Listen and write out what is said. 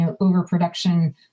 overproduction